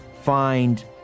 find